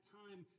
time